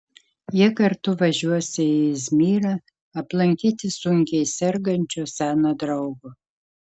jie kartu važiuosią į izmyrą aplankyti sunkiai sergančio seno draugo